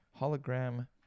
hologram